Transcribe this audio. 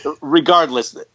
regardless